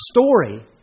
story